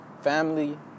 family